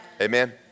Amen